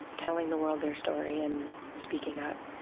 telling the world their story and speaking up.